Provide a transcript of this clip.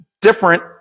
different